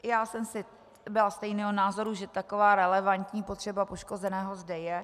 I já jsem byla stejného názoru, že taková relevantní potřeba poškozeného zde je.